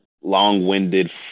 long-winded